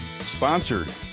sponsored